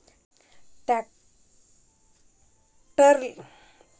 ಟ್ರಾಕ್ಟರ್ಲೆ ಗಳೆ ಹೊಡೆದಿದ್ದರಿಂದ ಮಣ್ಣಿಗೆ ಏನಾಗುತ್ತದೆ?